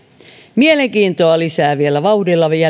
mielenkiintoa lisäävät vielä vauhdilla